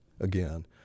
again